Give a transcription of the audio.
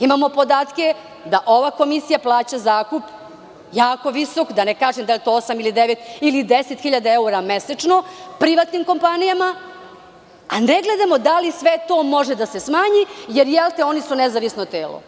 Imamo podatke da ova komisija plaća zakup jako visok, da ne kažem da je to osam ili devet ili deset hiljada evra mesečno privatnim kompanijama, a ne gledamo da li sve to može da se smanji jer je ona nezavisno telo.